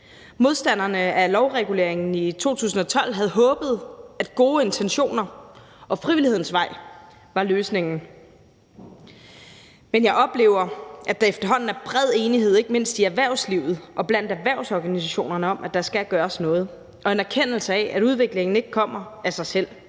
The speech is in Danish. Modstanderne af lovreguleringen i 2012 havde håbet, at gode intentioner og frivillighedens vej var løsningen, men jeg oplever, at der efterhånden er bred enighed, ikke mindst i erhvervslivet og blandt erhvervsorganisationerne, om, at der skal gøres noget, og der er en erkendelse af, at udviklingen ikke kommer af sig selv.